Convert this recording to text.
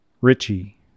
Richie